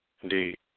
indeed